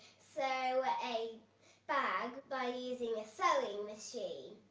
sew a bag by using a sewing machine.